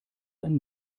ein